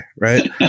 right